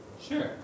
Sure